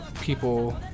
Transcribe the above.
people